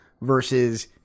versus